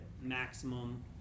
maximum –